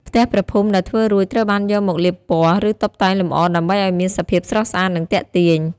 ផ្ទះព្រះភូមិដែលធ្វើរួច ត្រូវបានយកមកលាបពណ៌ ឬតុបតែងលម្អដើម្បីឲ្យមានសភាពស្រស់ស្អាត និងទាក់ទាញ។